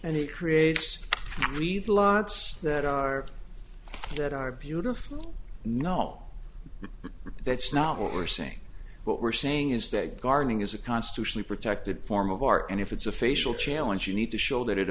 it creates read lots that are that are beautiful no that's not what we're seeing what we're saying is that gardening is a constitutionally protected form of art and if it's a facial challenge you need to show that it